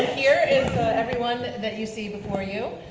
here is everyone that you see before you.